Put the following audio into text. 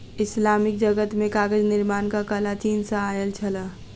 Islamic जगत मे कागज निर्माणक कला चीन सॅ आयल छल